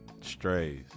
Strays